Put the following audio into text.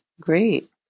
Great